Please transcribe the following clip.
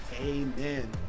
amen